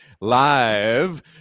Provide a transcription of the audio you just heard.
live